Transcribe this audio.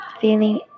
feeling